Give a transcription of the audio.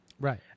Right